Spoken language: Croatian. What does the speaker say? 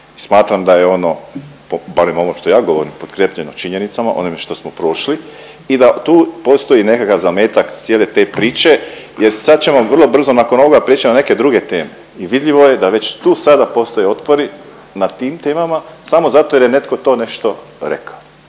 smatram da je ono barem ovo što ja govorim potkrepljeno činjenicama onime što smo prošli i da tu postoji nekakav zametak cijele te priče jer sad ćemo vrlo brzo nakon ova preći na neke druge teme i vidljivo je da već tu sada postoje otpori na tim temama samo zato jer je netko to nešto rekao.